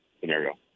scenario